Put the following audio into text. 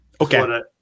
Okay